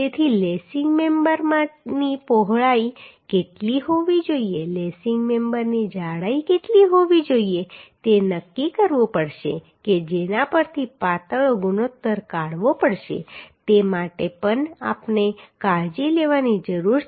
તેથી લેસિંગ મેમ્બરની પહોળાઈ કેટલી હોવી જોઈએ લેસિંગ મેમ્બરની જાડાઈ કેટલી હોવી જોઈએ તે નક્કી કરવું પડશે કે જેના પરથી પાતળો ગુણોત્તર કાઢવો પડશે તે માટે પણ આપણે કાળજી લેવાની જરૂર છે